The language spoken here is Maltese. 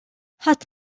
ħadd